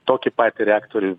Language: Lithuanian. tokį patį reaktorių